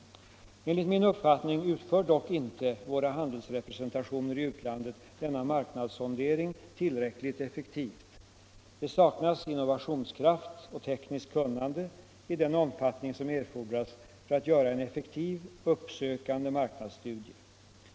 Enligt min uppfattning utför dock inte våra handelsrepresentationer i utlandet denna marknadssondering tillräckligt effektivt. Det saknas innovationskraft och tekniskt kunnande i den omfattning som erfordras för att göra en effektiv uppsökande marknadsstudie.